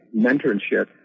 mentorship